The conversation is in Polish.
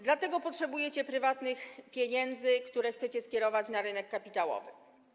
Dlatego potrzebujecie prywatnych pieniędzy, które chcecie skierować na rynek kapitałowy.